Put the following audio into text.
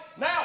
Now